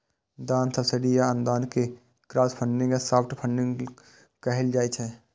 दान, सब्सिडी आ अनुदान कें क्राउडफंडिंग या सॉफ्ट फंडिग कहल जाइ छै